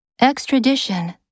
Extradition